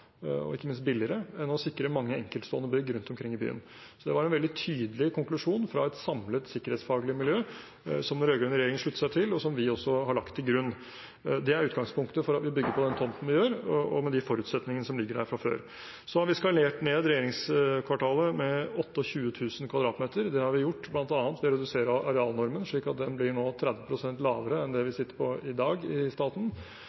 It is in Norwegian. enn å sikre mange enkeltstående bygg rundt omkring i byen. Så det var en veldig tydelig konklusjon fra et samlet sikkerhetsfaglig miljø, som den rød-grønne regjeringen sluttet seg til, og som vi også har lagt til grunn. Det er utgangspunktet for at vi bygger på den tomten vi gjør, og med de forutsetningene som ligger der fra før. Vi har skalert ned regjeringskvartalet med 28 000 m2. Det har vi gjort bl.a. ved å redusere arealnormen, slik at den nå blir 30 pst. lavere enn det vi sitter på i dag i staten,